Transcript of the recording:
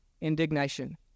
indignation